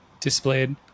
displayed